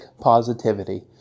positivity